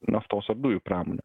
naftos ar dujų pramonė